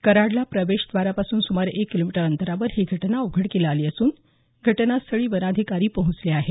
कऱ्हाडला प्रवेशद्वारापासून सुमारे एक किलोमीटर अंतरावर ही घटना उघडकीस आली असून घटनास्थळी वनाधिकारी पोहचले आहेत